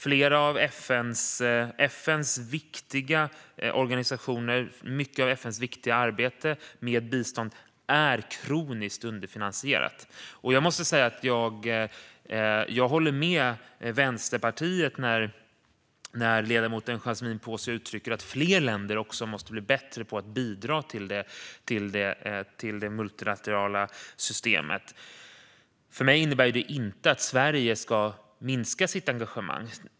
Flera av FN:s viktiga organisationer och mycket av FN:s viktiga arbete med bistånd är kroniskt underfinansierade. Jag måste säga att jag håller med Vänsterpartiet när ledamoten Yasmine Posio uttrycker att fler länder måste bli bättre på att bidra till det multilaterala systemet. För mig innebär det inte att Sverige ska minska sitt engagemang.